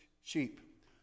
sheep